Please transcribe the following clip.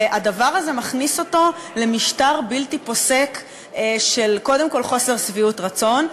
והדבר הזה מכניס אותו למשטר בלתי פוסק של קודם כול חוסר שביעות רצון,